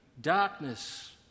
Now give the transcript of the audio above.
darkness